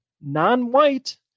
non-white